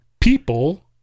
people